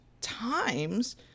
times